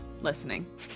listening